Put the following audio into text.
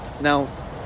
now